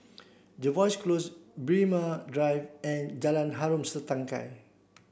Jervois Close Braemar Drive and Jalan Harom Setangkai